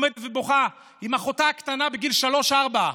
שעומדת ובוכה עם אחותה הקטנה בגיל שלוש-ארבע.